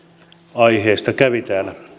aiheesta kävi täällä